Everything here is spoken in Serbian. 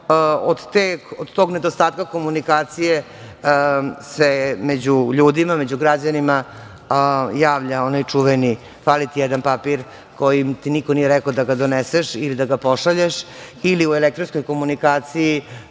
Od tog nedostatka komunikacije se među ljudima, među građanima, javlja onaj čuveni – fali ti jedan papir, kojim ti niko nije rekao da ga doneseš ili da ga pošalješ, ili u elektronskoj komunikaciji